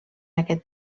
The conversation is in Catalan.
aquest